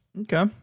Okay